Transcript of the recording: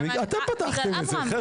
אתם פתחתם את זה, חבר'ה.